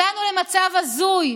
הגענו למצב הזוי,